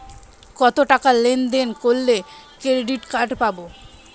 কতটাকা লেনদেন করলে ক্রেডিট কার্ড পাব?